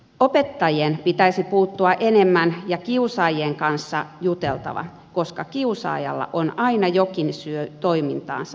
opettajien pitäisi puuttua enemmän ja kiusaajien kanssa juteltava koska kiusaajalla on aina jokin syy toimintaansa